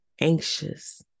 anxious